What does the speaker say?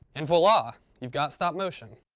and viola! you've got stop motion.